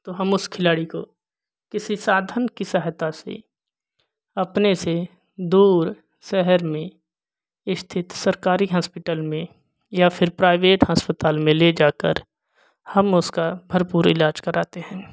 तो हम उस खिलाड़ी को किसी साधन की सहायता से अपने से दूर शहर में स्थित सरकारी हॉस्पिटल में या फिर प्राइवेट अस्पताल में ले जाकर हम उसका भरपूर इलाज कराते हैं